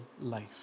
life